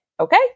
Okay